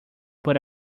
but